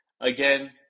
again